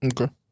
Okay